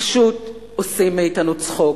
פשוט עושים מאתנו צחוק,